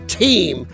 team